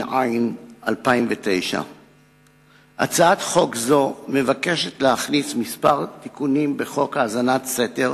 התש"ע 2009. הצעת חוק זו נועדה להכניס כמה תיקונים לחוק האזנת סתר,